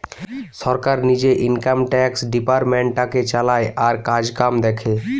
সরকার নিজে income tax ডিপার্টমেন্টটাকে চালায় আর কাজকাম দেখে